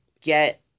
get